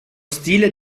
stile